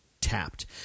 tapped